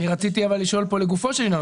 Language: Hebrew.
רציתי לשאול לגופו של עניין,